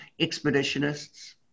expeditionists